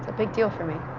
ah big deal for me.